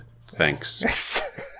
Thanks